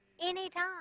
anytime